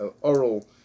oral